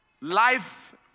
life